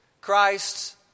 Christ